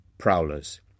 prowlers